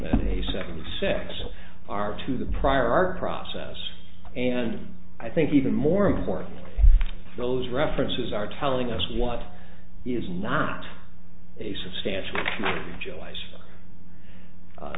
a seventy six are to the prior art process and i think even more important those references are telling us what is not a substantial